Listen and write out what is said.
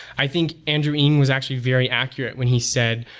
i think andrew ng was actually very accurate when he said,